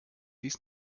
dies